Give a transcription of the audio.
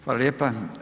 Hvala lijepa.